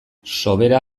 sobera